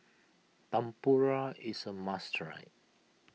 Tempura is a must try